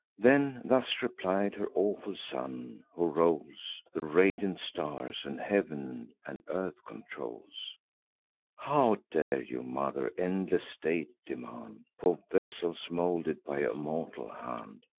then thus replied her awful son, who rolls the radiant stars, and heav'n and earth controls how dare you, mother, endless date demand for vessels molded by a mortal hand?